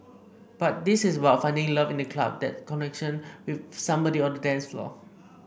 but this is about finding love in the club that connection with somebody on the dance floor